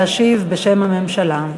להשיב בשם הממשלה.